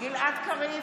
גלעד קריב,